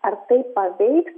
ar tai paveiks